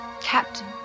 Captain